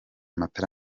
matara